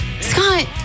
Scott